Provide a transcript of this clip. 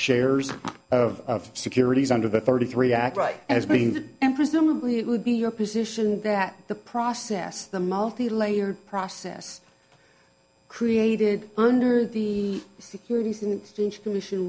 shares of securities under the thirty three act right and as being and presumably it would be your position that the process the multilayer process created under the securities and exchange commission